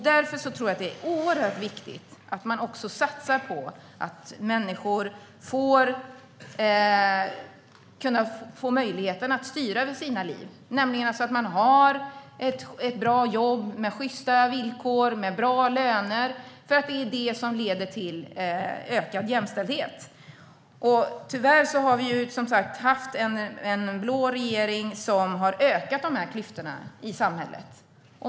Därför är det oerhört viktigt att satsa på att människor får möjlighet att styra över sina liv. De ska ha bra jobb med sjysta villkor och bra löner. Det leder till ökad jämställdhet. Tyvärr har det funnits en blå regering som har ökat klyftorna i samhället.